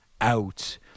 out